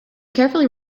carefully